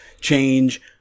Change